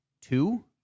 two